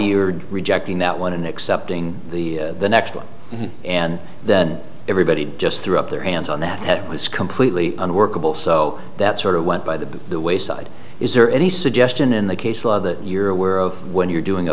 you're rejecting that one except during the next one and then everybody just threw up their hands on that that was completely unworkable so that sort of went by the wayside is there any suggestion in the case law that you're aware of when you're doing a